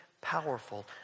powerful